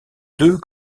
deux